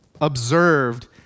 observed